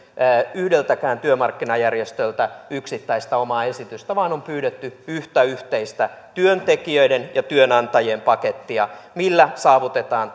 yhdeltäkään työmarkkinajärjestöltä yksittäistä omaa esitystä vaan on pyydetty yhtä yhteistä työntekijöiden ja työnantajien pakettia millä saavutetaan